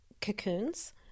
cocoons